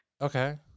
Okay